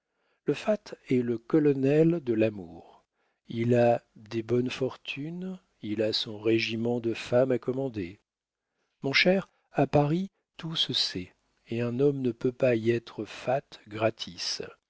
le fat est le colonel de l'amour il a des bonnes fortunes il a son régiment de femmes à commander mon cher à paris tout se sait et un homme ne peut pas y être fat gratis